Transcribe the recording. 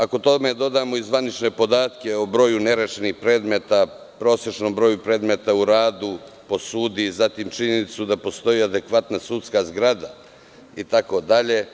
Ako tome dodamo i zvanične podatke o broju nerešenih predmeta, prosečnom broju predmeta u radu po sudu, zatim činjenicu da postoji adekvatna sudska zgrada, itd.